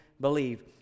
believe